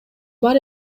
бар